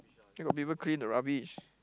where got people clean the rubbish